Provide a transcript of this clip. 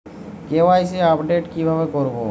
KYC update কিভাবে করবো?